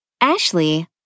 Ashley